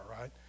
right